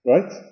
Right